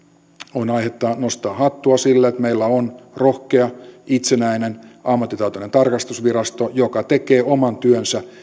on aihetta nostaa hattua sille että meillä on rohkea itsenäinen ammattitaitoinen tarkastusvirasto joka tekee oman työnsä